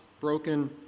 broken